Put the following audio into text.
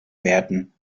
werden